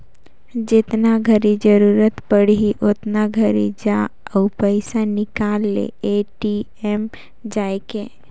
जेतना घरी जरूरत पड़ही ओतना घरी जा अउ पइसा निकाल ले ए.टी.एम जायके